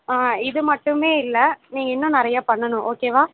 ஆ இது மட்டுமே இல்லை நீங்கள் இன்னும் நிறையா பண்ணணும் ஓகேவா